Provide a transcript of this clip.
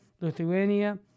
Lithuania